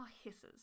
hisses